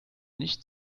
nicht